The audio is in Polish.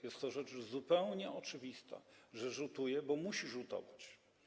Jest to rzecz zupełnie oczywista, że rzutuje, bo musi rzutować.